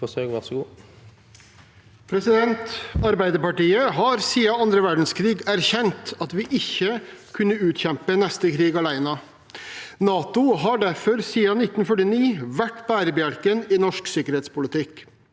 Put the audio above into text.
Arbeiderpartiet har siden annen verdenskrig erkjent at vi ikke kunne utkjempe neste krig alene. NATO har derfor siden 1949 vært bærebjelken i norsk sikkerhetspolitikk.